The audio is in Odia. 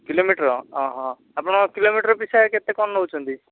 କିଲୋମିଟର୍ ଓହ ଆପଣ କିଲୋମିଟର୍ ପିଛା କେତେ କ'ଣ ନେଉଛନ୍ତି